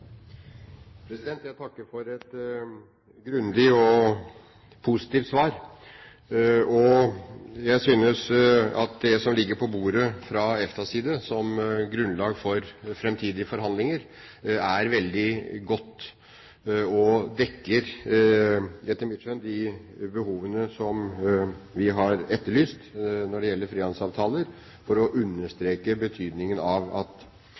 bordet fra EFTAs side, som grunnlag for framtidige forhandlinger, er veldig godt og dekker – etter mitt skjønn – de behovene vi har etterlyst når det gjelder frihandelsavtaler for å understreke betydningen av at